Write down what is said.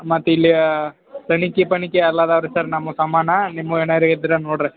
ಮತ್ತು ಇಲ್ಲಿ ಸಲಿಕಿ ಪಣಿಕಿ ಎಲ್ಲ ಇದ್ದಾವ್ರಿ ಸರ್ ನಮ್ಮ ಸಾಮಾನು ನಿಮ್ಮವು ಏನಾರೂ ಇದ್ರೆ ನೋಡಿರಿ